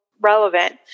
relevant